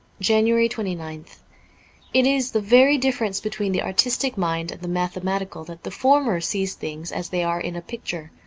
january twenty ninth it is the very difference between the artistic mind and the mathematical that the former sees things as they are in a picture,